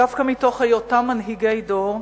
דווקא מתוך היותם מנהיגי דור,